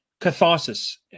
catharsis